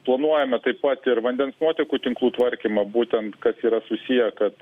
planuojame taip pat ir vandens nuotekų tinklų tvarkymą būtent kad yra susiję kad